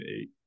eight